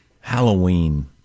Halloween